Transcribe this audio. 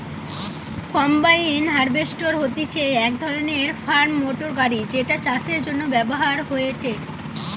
combine harvester হতিছে এক ধরণের ফার্ম মোটর গাড়ি যেটা চাষের জন্য ব্যবহার হয়েটে